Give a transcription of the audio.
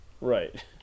Right